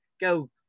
go